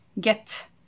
get